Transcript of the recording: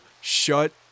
shut